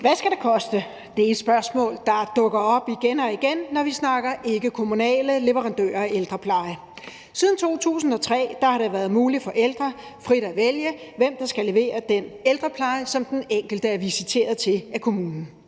Hvad skal det koste? Det er et spørgsmål, der dukker op igen og igen, når vi snakker ikkekommunale leverandører af ældrepleje. Siden 2003 har det været muligt for ældre frit at vælge, hvem der skal levere den ældrepleje, som den enkelte er visiteret til af kommunen.